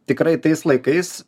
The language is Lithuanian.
tikrai tais laikais